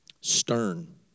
stern